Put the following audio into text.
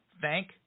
Thank